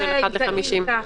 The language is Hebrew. עם תאים ככה.